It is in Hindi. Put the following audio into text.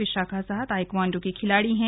विशाखा साह ताइक्वांडो खिलाड़ी हैं